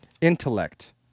Intellect